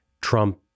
Trump